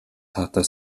таатай